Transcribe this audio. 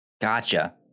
Gotcha